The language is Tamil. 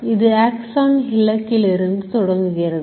இது axon hillock இல் இருந்து தொடங்குகிறது